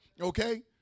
okay